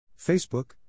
Facebook